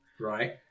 right